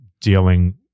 dealing